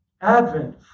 Advent